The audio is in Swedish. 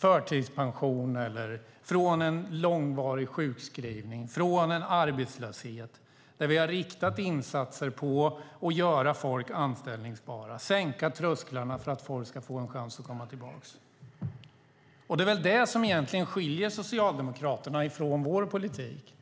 förtidspension eller människor i långvarig sjukskrivning eller i arbetslöshet får chansen att komma tillbaka. Vi har inriktat insatserna på att göra människor anställbara, att sänka trösklarna för att människor ska få en chans att komma tillbaka. Det är väl detta som egentligen skiljer Socialdemokraternas politik från vår politik.